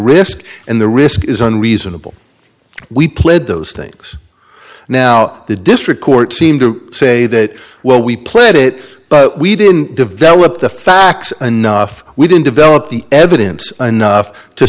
risk and the risk isn't reasonable we played those things now the district court seemed to say that well we played it but we didn't develop the facts enough we didn't develop the evidence enough to